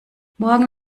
morgen